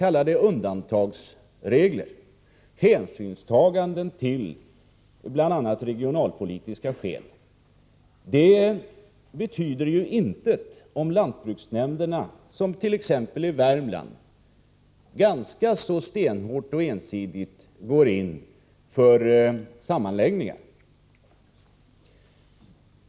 Att det sedan finns undantagsregler av bl.a. regionalpolitiska skäl betyder intet om lantbruksnämnderna, som i Värmland, ganska hårt och ensidigt går in för sammanläggningar.